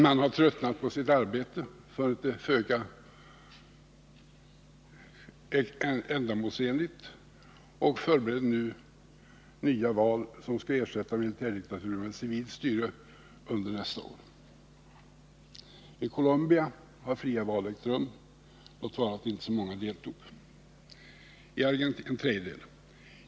Man har tröttnat på sitt arbete, funnit det föga ändamålsenligt och förbereder nu nya val, som skall ersätta militärdiktaturen med civilt styre under nästa år. I Colombia har fria val ägt rum, låt vara att inte så många — en tredjedel av de röstberättigade — deltog.